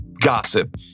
gossip